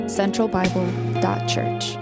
centralbible.church